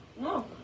No